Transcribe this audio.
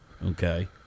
Okay